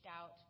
out